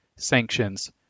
Sanctions